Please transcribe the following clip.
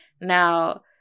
Now